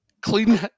clean